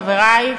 חברי,